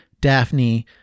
Daphne